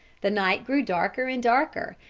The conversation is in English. the night grew darker and darker,